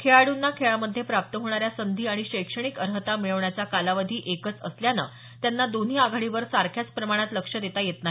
खेळाडूंना खेळामध्ये प्राप्त होणाऱ्या संधी आणि शैक्षणिक अर्हता मिळवण्याचा कालावधी एकच असल्यानं त्यांना दोन्ही आघाडीवर सारख्याच प्रमाणात लक्ष देता येत नाही